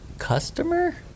customer